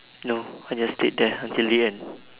no I just stayed there until the end